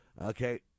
Okay